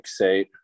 fixate